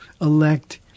elect